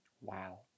Wow